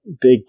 big